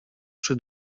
przy